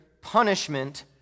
punishment